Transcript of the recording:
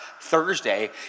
Thursday